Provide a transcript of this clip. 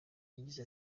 yagize